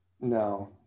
No